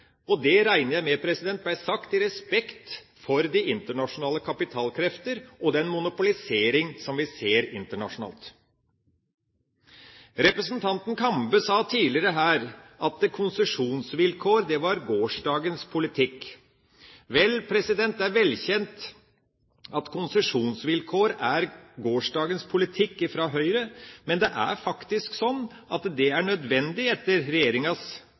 og det regner jeg med ble sagt i respekt for de internasjonale kapitalkrefter og den monopolisering som vi ser internasjonalt. Representanten Kambe sa tidligere her at konsesjonsvilkår var gårsdagens politikk. Det er velkjent at konsesjonsvilkår er gårsdagens politikk fra Høyre, men det er faktisk slik at det er nødvendig etter regjeringas